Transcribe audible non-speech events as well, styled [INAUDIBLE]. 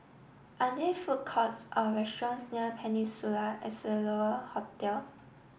are there food courts or restaurants near Peninsula [UNINTELLIGIBLE] Hotel